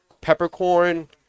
peppercorn